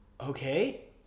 Okay